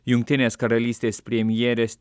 jungtinės karalystės premjerės